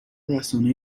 رسانه